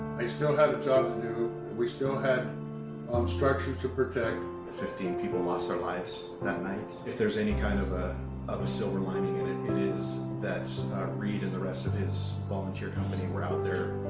i still had a job to do. we still had structures to protect. fifteen people lost their lives that night. if there's any kind of ah of a silver lining in it, it is that reed and the rest of his volunteer company were out there,